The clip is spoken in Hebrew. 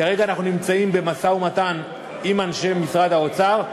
כרגע אנחנו נמצאים במשא-ומתן עם אנשי משרד האוצר.